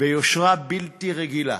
ביושרה בלתי רגילה,